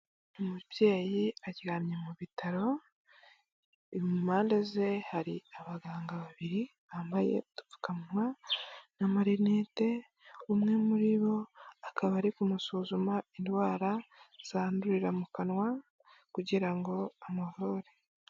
Umubyeyi aryamye mu bitaro, impande ze hari abaganga babiri bambaye udupfukamunwa n'amarinete, umwe muri bo akaba ari kumusuzuma indwara zandurira mu kanwa kugira ngo amuvure.